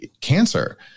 cancer